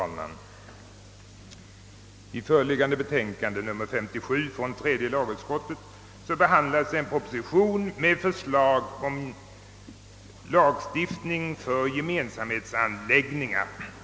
Herr talman! I föreliggande betänkande, nr 57, från tredje lagutskottet behandlas en proposition med förslag till lagstiftning om gemensamhetsanläggningar.